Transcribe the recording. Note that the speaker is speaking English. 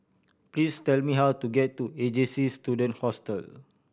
please tell me how to get to A J C Student Hostel